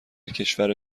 کشور